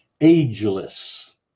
ageless